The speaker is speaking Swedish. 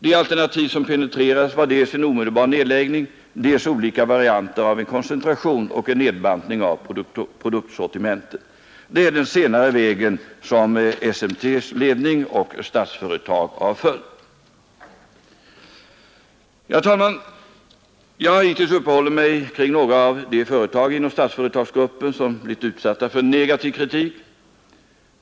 De alternativ som penetrerades var dels en omedelbar nedläggning, dels olika varianter av en koncentration och en nedbantning av produktsortimentet. Det är den senare vägen som SMT:s ledning och Statsföretag har följt. Herr talman! Jag har hittills uppehållit mig kring några av de företag inom Statsföretagsgruppen som blivit utsatta för negativ kritik.